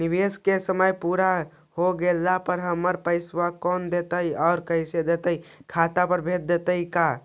निवेश के समय पुरा हो गेला पर हमर पैसबा कोन देतै और कैसे देतै खाता पर भेजतै का?